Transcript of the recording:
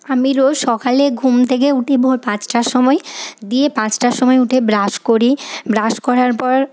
আমি রোজ সকালে ঘুম থেকে উঠি ভোর পাঁচটার সময় দিয়ে পাঁচটার সময় উঠে ব্রাশ করি ব্রাশ করার পর